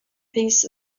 piece